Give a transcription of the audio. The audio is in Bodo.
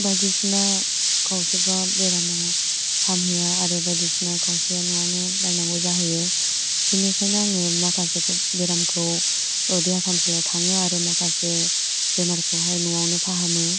बायदिसिना खावसेफ्राम बेरामा हामहैया आरो बायदिसिना खावसेया न'आवनो नायनांगौ जाहैयो बेनिखायनो आङो माखासेखौ बेरामखौ देहा फाहामसालियाव थाङो आरो माखासे बेमारखौहाय न'आवनो फाहामो